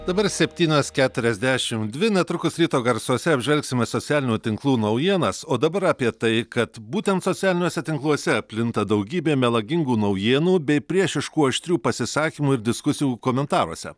dabar septynios keturiasdešimt dvi netrukus ryto garsuose apžvelgsime socialinių tinklų naujienas o dabar apie tai kad būtent socialiniuose tinkluose plinta daugybė melagingų naujienų bei priešiškų aštrių pasisakymų ir diskusijų komentaruose